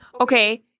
okay